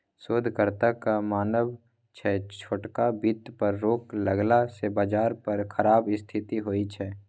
शोधकर्ताक मानब छै छोटका बित्त पर रोक लगेला सँ बजार पर खराब स्थिति होइ छै